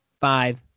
five